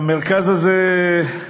המרכז הזה,